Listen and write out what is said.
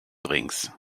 drinks